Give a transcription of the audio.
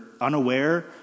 unaware